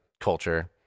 culture